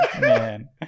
Man